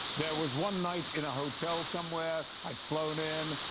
there was one night in a hotel somewhere, i'd flown in,